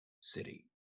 city